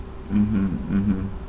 mmhmm mmhmm